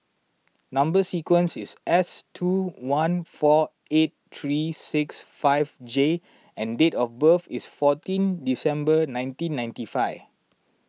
Number Sequence is S two one four eight three six five J and date of birth is fourteen December nineteen ninety five